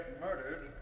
murdered